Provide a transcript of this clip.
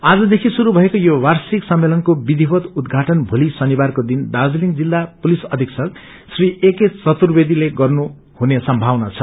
आजदेखि शुरू भएको यो वार्षिक सम्मेलनको विधिवत उद्घाटन भोली शनिवारको दिन दार्जीलिङ जिल्ला पुलिस अधीक्षक श्री एके चर्तुवेदीले गर्नुहुने संभाावना छ